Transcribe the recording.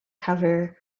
cover